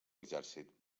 exèrcit